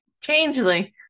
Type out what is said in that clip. Changeling